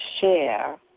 share